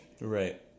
Right